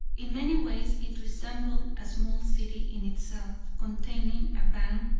in many ways it resembled a small city in itself, containing a bank,